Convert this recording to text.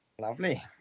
lovely